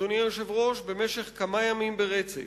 אדוני היושב-ראש, במשך כמה ימים ברצף.